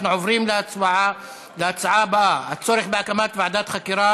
אנחנו עוברים להצעה הבאה, הצורך בהקמת ועדת חקירה